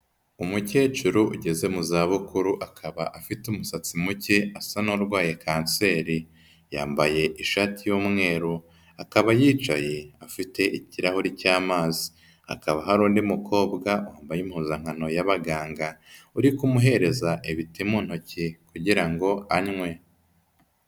Umukecuru ugeze mu zabukuru akaba afite umusatsi muke asa n'urwaye Kanseri, yambaye ishati y'umweru, akaba yicaye afite ikirahuri cy'amazi, hakaba hari undi mukobwa wambaye impuzankano y'abaganga, uri kumuhereza imiti mu ntoki kugira ngo anywe.